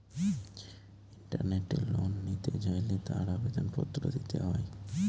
ইন্টারনেটে লোন নিতে চাইলে তার আবেদন পত্র দিতে হয়